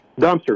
Dumpster